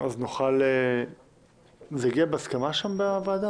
אז נוכל --- זה הגיע בהסכמה שם, בוועדה?